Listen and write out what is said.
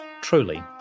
Truly